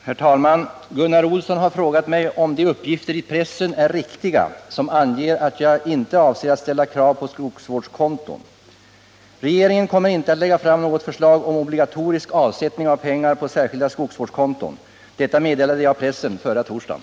Herr talman! Gunnar Olsson har frågat mig om de uppgifter i pressen är riktiga som anger att jag inte avser att ställa krav på skogsvårdskonton. Regeringen kommer inte att lägga fram något förslag om obligatorisk avsättning av pengar på särskilda skogsvårdskonton. Detta meddelade jag pressen förra torsdagen.